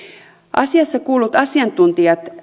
asiassa kuullut asiantuntijat